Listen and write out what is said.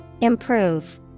Improve